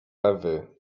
ewy